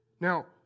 Now